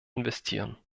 investieren